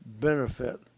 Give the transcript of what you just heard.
benefit